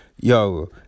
Yo